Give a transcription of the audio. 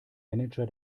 manager